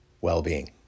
well-being